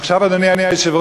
עכשיו, אדוני היושב-ראש,